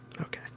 Okay